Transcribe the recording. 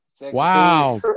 Wow